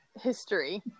history